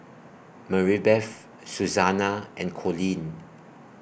Maribeth Susannah and Coleen